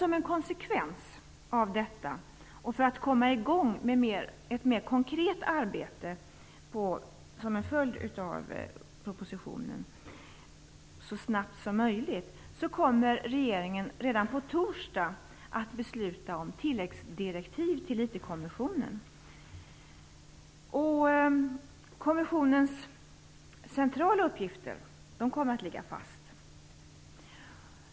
Som en konsekvens av detta, för att komma i gång med ett mer konkret arbete till följd av propositionen så snabbt som möjligt, kommer regeringen redan på torsdag att besluta om tilläggsdirektiv för IT kommissionen. Kommissionens centrala uppgifter kommer att ligga fast.